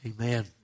Amen